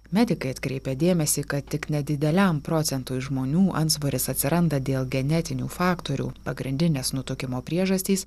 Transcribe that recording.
medikai atkreipia dėmesį kad tik nedideliam procentui žmonių antsvoris atsiranda dėl genetinių faktorių pagrindinės nutukimo priežastys